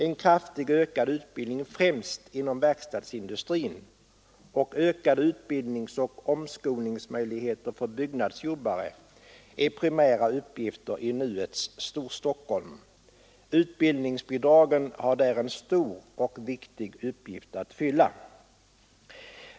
En kraftigt ökad utbildning främst inom verkstadsindustrin och ökade utbildningsoch omskolningsmöjligheter för byggnadsjobbare är primära uppgifter i nuets Storstockholm. Utbildningsbidragen har där en stor och viktig uppgift att fylla.